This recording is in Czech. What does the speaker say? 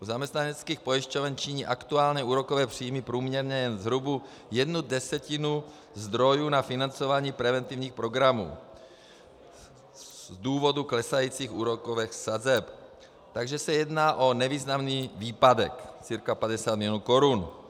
U zaměstnaneckých pojišťoven činí aktuálně úrokové příjmy průměrně zhruba jednu desetinu zdrojů na financování preventivních programů z důvodu klesajících úrokových sazeb, takže se jedná o nevýznamný výpadek cca 50 milionů korun.